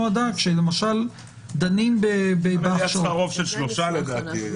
צריך רוב של שלושה לדעתי.